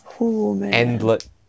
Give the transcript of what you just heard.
endless